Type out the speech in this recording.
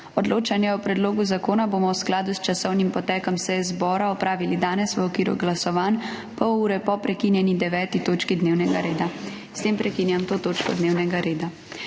Odločanje o predlogu zakona bomo v skladu s časovnim potekom seje zbora opravili danes v okviru glasovanj, pol ure po prekinjeni 9. točki dnevnega reda. S tem prekinjam to točko dnevnega reda.